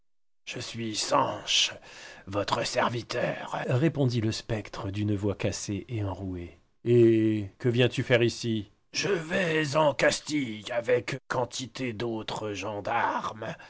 je suis sanche votre serviteur répondit le spectre d'une voix cassée et enrouée et que viens-tu faire ici je vais en castille avec quantité d'autres gens darmes